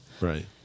Right